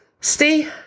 stay